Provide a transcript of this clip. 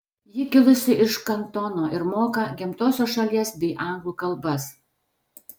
ji kilusi iš kantono ir moka gimtosios šalies bei anglų kalbas